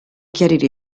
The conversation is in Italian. chiarire